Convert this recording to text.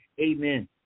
Amen